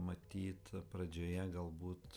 matyt pradžioje galbūt